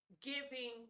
giving